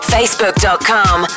Facebook.com